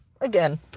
Again